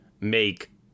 make